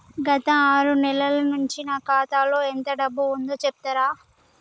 గత ఆరు నెలల నుంచి నా ఖాతా లో ఎంత డబ్బు ఉందో చెప్తరా?